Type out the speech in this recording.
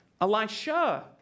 Elisha